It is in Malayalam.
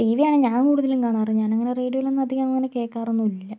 ടി വിയാണ് ഞാൻ കൂടുതലും കാണാറ് ഞാൻ അങ്ങനെ റേഡിയോയിൽ അധികം അങ്ങനെ കേൾക്കാറൊന്നുമില്ല